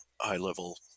high-level